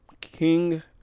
King